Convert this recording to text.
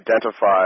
identify